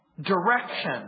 direction